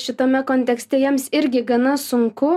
šitame kontekste jiems irgi gana sunku